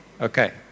Okay